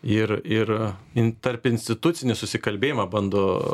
ir ir intarpinstitucinį susikalbėjimą bando